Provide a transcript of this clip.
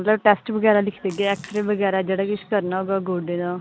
मतलब टैस्ट बगैरा दिक्खी लेगे एक्सरे बगैरा जेह्ड़ा किश करना होगा गोड्डें दा